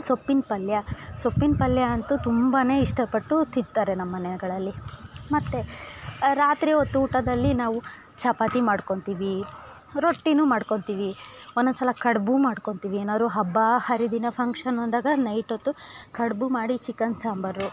ಸೊಪ್ಪಿನ ಪಲ್ಯ ಸೊಪ್ಪಿನ ಪಲ್ಯ ಅಂತೂ ತುಂಬಾ ಇಷ್ಟ ಪಟ್ಟು ತಿಂತಾರೆ ನಮ್ಮನೆಗಳಲ್ಲಿ ಮತ್ತು ರಾತ್ರಿ ಹೊತ್ತು ಊಟದಲ್ಲಿ ನಾವು ಚಪಾತಿ ಮಾಡ್ಕೊತೀವಿ ರೊಟ್ಟಿ ಮಾಡ್ಕೊತೀವಿ ಒಂದೊಂದ್ ಸಲ ಕಡುಬು ಮಾಡ್ಕೊತೀವಿ ಏನಾರು ಹಬ್ಬ ಹರಿದಿನ ಫಂಕ್ಷನ್ ಅಂದಾಗ ನೈಟ್ ಹೊತ್ತು ಕಡುಬು ಮಾಡಿ ಚಿಕನ್ ಸಾಂಬಾರು